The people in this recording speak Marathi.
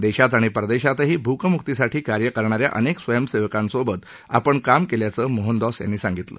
देशात आणि परदेशातही भूकमुक्तीसाठी कार्य करणाऱ्या अनेक स्वयंसेवकांसोबत आपण काम केल्याचं मोहनदॉस यांनी सांगितलं